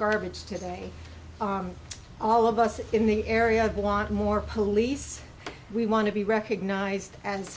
garbage today all of us in the area want more police we want to be recognized and